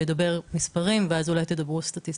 שידבר פה במספרים ואז אולי תדברו סטטיסטיקות.